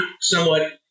somewhat